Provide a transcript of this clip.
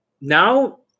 now